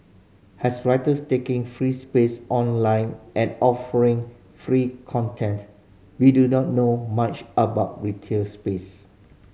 as writers taking free space online and offering free content we do not know much about retail space